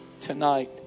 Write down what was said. tonight